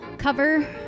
Cover